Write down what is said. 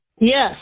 Yes